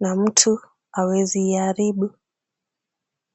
na mtu hawezi iharibu.